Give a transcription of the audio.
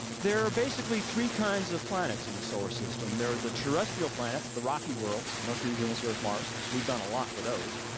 there are basically three kinds of planets in the solar system, there are the terrestrial planets, the rocky worlds, mercury, venus, earth, mars. we've done a lot with those.